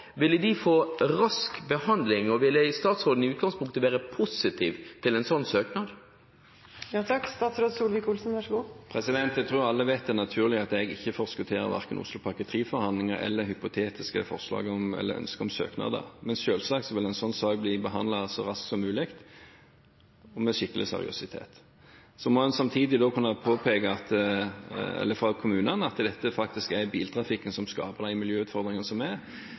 ville de få rask behandling, og ville statsråden i utgangspunktet være positiv til en sånn søknad? Jeg tror alle vet at det naturlig at jeg ikke forskutterer verken Oslopakke 3-forhandlinger eller hypotetiske ønsker om søknader. Men selvsagt vil en sånn sak bli behandlet så raskt som mulig og med skikkelig seriøsitet. Samtidig må en fra kommunene kunne påpeke at det faktisk er biltrafikken som skaper de miljøutfordringene som er.